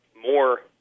more